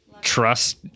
trust